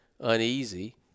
uneasy